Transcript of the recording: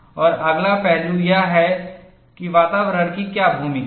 और अगला पहलू यह है कि वातावरण की क्या भूमिका है